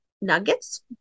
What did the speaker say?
nuggets